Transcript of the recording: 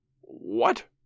What